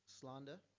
slander